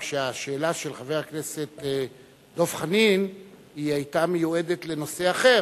רק שהשאלה של חבר הכנסת דב חנין היתה מיועדת לנושא אחר,